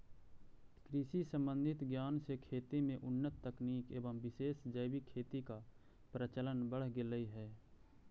कृषि संबंधित ज्ञान से खेती में उन्नत तकनीक एवं विशेष जैविक खेती का प्रचलन बढ़ गेलई हे